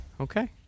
Okay